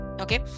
Okay